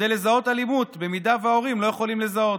כדי לזהות אלימות אם ההורים לא יכולים לזהות.